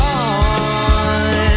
on